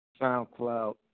SoundCloud